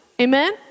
Amen